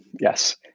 yes